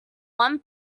one